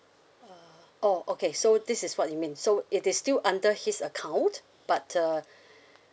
err oh okay so this is what you mean so it is still under his account but uh